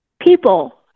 people